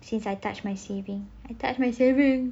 since I touch my saving I touch my savings